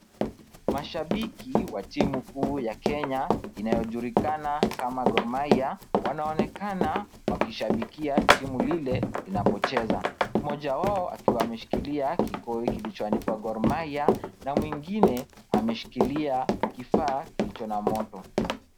Mashabiki wa timu kuu ya Kenya inayojulikana kama Gor Mahia wanaonekana wakishabikia timu lile inapocheza. Mmoja wao akiwa ameshikilia kikoi kilichoandikwa Gor Mahia na mwingine ameshikilia kifaa kilicho na moto.